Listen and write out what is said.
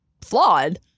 flawed